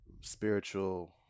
spiritual